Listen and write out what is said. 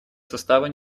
состава